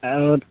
और